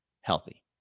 healthy